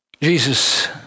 Jesus